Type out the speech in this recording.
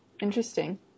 Interesting